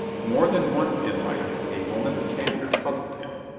more than once in life a woman's candor puzzled him.